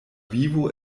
vivo